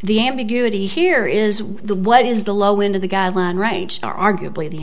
the ambiguity here is what is the low end of the guideline range arguably the